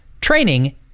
training